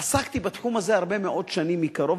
עסקתי בתחום הזה הרבה מאוד שנים מקרוב,